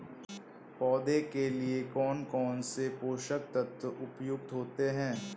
पौधे के लिए कौन कौन से पोषक तत्व उपयुक्त होते हैं?